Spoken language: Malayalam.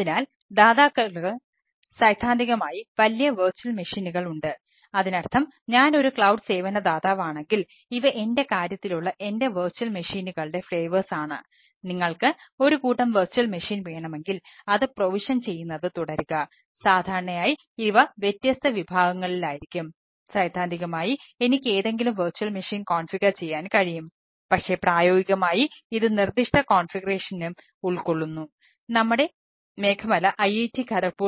അതിനാൽ ദാതാക്കൾക്ക് സൈദ്ധാന്തികമായി വലിയ വിർച്വൽ മെഷീനുകൾ